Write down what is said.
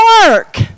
work